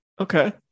Okay